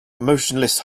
motionless